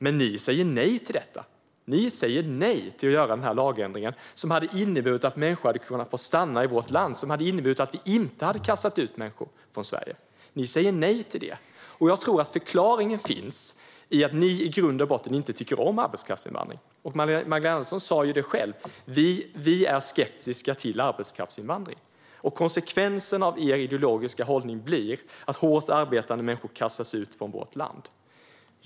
Men ni säger nej till detta. Ni säger nej till att göra den här lagändringen, som hade inneburit att människor hade kunnat få stanna i vårt land. Den hade inneburit att vi inte hade kastat ut människor från Sverige. Ni säger nej till det. Jag tror att förklaringen finns i att ni i grund och botten inte tycker om arbetskraftsinvandring. Vi är skeptiska till arbetskraftsinvandring, sa ju Magdalena Andersson själv. Konsekvensen av er ideologiska hållning blir att hårt arbetande människor kastas ut från vårt land.